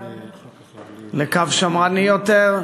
לקו שמרני יותר,